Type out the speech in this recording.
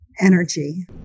energy